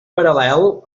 paral·lel